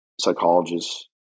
psychologists